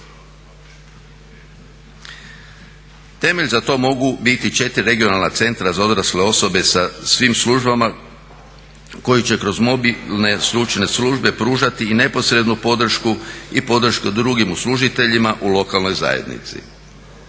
Temelj za to mogu biti 4 regionalna centra za odrasle osobe sa svim službama koji će kroz mobilne stručne službe pružati i neposrednu podršku i podršku drugim uslužiteljima u lokalnoj zajednici.